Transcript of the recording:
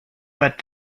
but